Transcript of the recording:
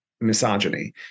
misogyny